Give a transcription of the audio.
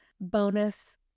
bonus